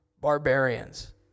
barbarians